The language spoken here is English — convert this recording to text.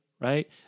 Right